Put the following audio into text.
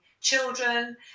children